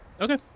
Okay